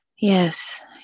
Yes